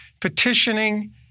petitioning